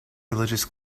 religious